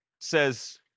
says